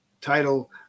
title